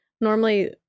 normally